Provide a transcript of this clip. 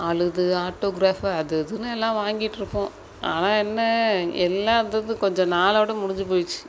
அழுது ஆட்டோகிராஃப் அது இதுன்னு எல்லாம் வாங்கிட்டுருப்போம் ஆனால் என்ன எல்லாம் அது அது கொஞ்சம் நாளோடு முடிஞ்சு போயிடுச்சி